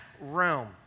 realm